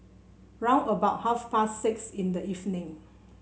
round about half past six in the evening